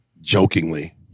jokingly